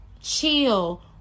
chill